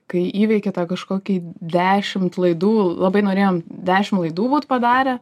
kai įveiki tą kažkokį dešimt laidų labai norėjom dešim laidų būt padarę